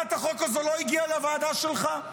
הצעת החוק הזו לא הגיעה לוועדה שלך,